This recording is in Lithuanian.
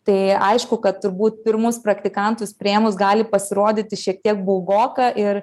tai aišku kad turbūt pirmus praktikantus priėmus gali pasirodyti šiek tiek baugoka ir